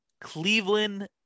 Cleveland